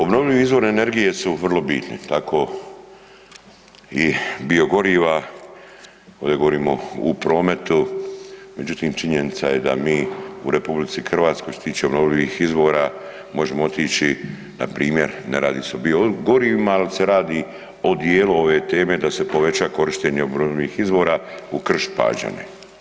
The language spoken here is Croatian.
Obnovljivih izvori energije su vrlo bitni tako i biogoriva, ovdje govorimo u prometu, međutim činjenica je da mi u RH što se tiče obnovljivih izvora možemo otići npr. ne radi se o biogorivima, ali se radi o dijelu ove teme da se poveća korištenje obnovljivih izvora u Krš-Pađene.